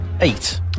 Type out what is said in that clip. eight